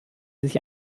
sich